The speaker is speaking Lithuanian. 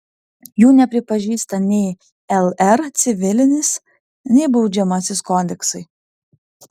jų nepripažįsta nei lr civilinis nei baudžiamasis kodeksai